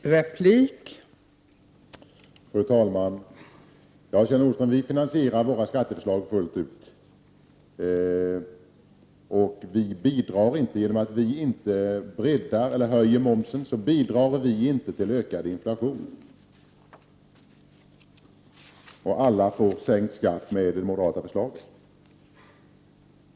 Fru talman! Jo, Kjell Nordström, vi finansierar våra skatteförslag fullt ut. Genom att vi inte vill bredda momsen bidrar vi inte till en ökad inflation. Dessutom får alla sänkt skatt med moderaternas förslag.